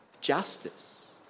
justice